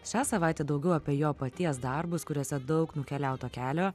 šią savaitę daugiau apie jo paties darbus kuriuose daug nukeliauto kelio